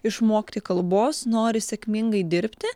išmokti kalbos nori sėkmingai dirbti